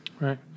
Right